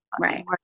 Right